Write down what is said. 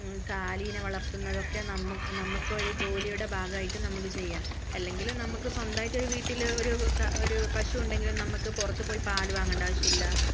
കാലീനെ വളർത്തുന്നതൊക്കെ നമുക്കൊരു ജോലിയുടെ ഭാഗമായിട്ട് നമുക്ക് ചെയ്യാം അല്ലെങ്കിലും നമുക്ക് സ്വന്തമായിട്ട് ഒരു വീട്ടിൽ ഒരു ഒരു പശു ഉണ്ടെങ്കിൽ നമുക്ക് പുറത്തുപോയി പാലു വാങ്ങേണ്ട ആവശ്യമില്ല